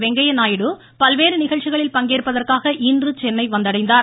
வெங்கைய நாயுடு பல்வேறு நிகழ்ச்சிகளில் பங்கேற்பதற்காக இன்று சென்னை வந்தடைந்தார்